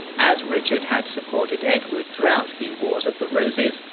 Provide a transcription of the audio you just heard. as richard had supported edward throughout the wars of the roses,